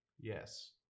Yes